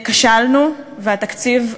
כשלנו והתקציב עבר,